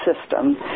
system